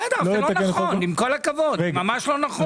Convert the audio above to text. בסדר אבל זה לא נכון, עם כל הכבוד, ממש לא נכון.